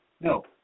No